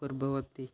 ପୂର୍ବବର୍ତ୍ତୀ